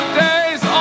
days